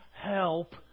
help